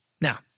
Now